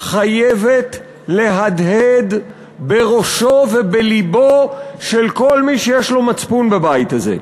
חייבת להדהד בראשו ובלבו של כל מי שיש לו מצפון בבית הזה.